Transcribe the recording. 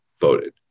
voted